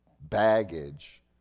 baggage